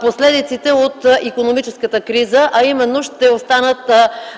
последиците на икономическата криза, а именно - ще останат